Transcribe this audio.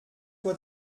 toi